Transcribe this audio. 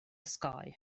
sky